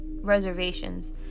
reservations